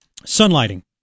sunlighting